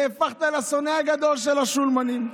נהפכת לשונא הגדול של השולמנים.